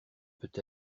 peut